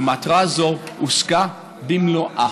ומטרה זו הושגה במלואה.